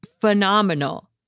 phenomenal